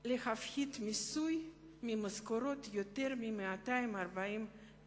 להפחית מיסוי מהמשכורות שהן יותר מ-240,000